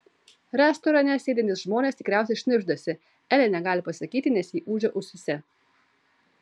restorane sėdintys žmonės tikriausiai šnibždasi elė negali pasakyti nes jai ūžia ausyse